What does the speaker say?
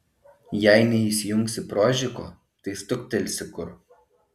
jei neįsijungsi prožiko tai stuktelsi kur